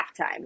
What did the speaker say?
halftime